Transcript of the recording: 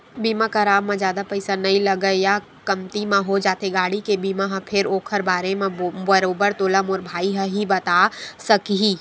बीमा कराब म जादा पइसा नइ लगय या कमती म हो जाथे गाड़ी के बीमा ह फेर ओखर बारे म बरोबर तोला मोर भाई ह ही बताय सकही